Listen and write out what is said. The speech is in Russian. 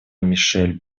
мишель